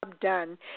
done